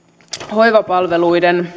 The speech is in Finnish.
hoivapalveluiden